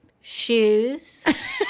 shoes